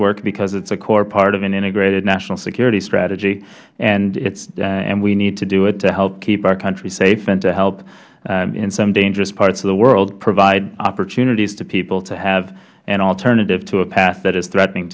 work because it is a core part of an integrated national security strategy we need to do it to help keep our country safe and to help in some dangerous parts of the world provide opportunities to people to have an alternative to a path that is threatening